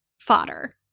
fodder